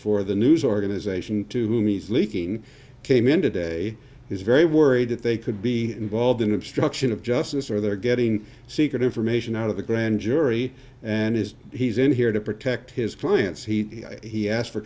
for the news organization to whom he's leaking came in today is very worried that they could be involved in obstruction of justice or they're getting secret information out of the grand jury and is he's in here to protect his clients he asked for